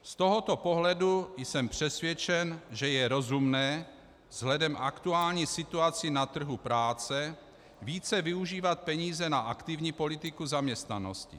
Z tohoto pohledu jsem přesvědčen, že je rozumné vzhledem k aktuální situaci na trhu práce více využívat peníze na aktivní politiku zaměstnanosti.